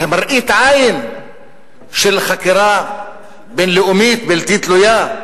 מראית עין של חקירה בין-לאומית בלתי תלויה.